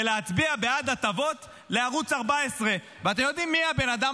ולהצביע בעד הטבות לערוץ 14. ואתם יודעים מי הבן אדם